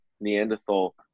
Neanderthal